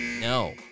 No